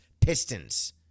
Pistons